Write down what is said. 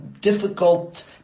difficult